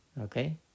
Okay